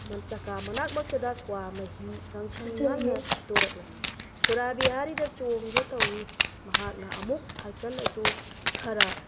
ꯆꯀꯥ ꯃꯅꯥꯛ ꯃꯛꯇꯗ ꯀ꯭ꯋꯥ ꯃꯍꯤ ꯉꯥꯡꯁꯪ ꯉꯥꯡꯅ ꯁꯤꯠꯇꯣꯔꯛꯂꯝꯃꯤ ꯈꯨꯔꯥ ꯕꯤꯍꯥꯔꯤꯗ ꯆꯣꯡꯒꯦ ꯇꯧꯏ ꯃꯍꯥꯛꯅ ꯑꯃꯨꯛ ꯁꯥꯏꯀꯜ ꯑꯗꯨ ꯈꯔ